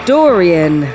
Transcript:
Dorian